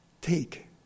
take